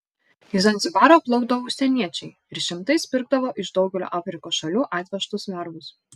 į zanzibarą plaukdavo užsieniečiai ir šimtais pirkdavo iš daugelio afrikos šalių atvežtus vergus